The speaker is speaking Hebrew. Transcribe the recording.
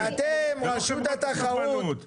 זה לא חברות הספנות.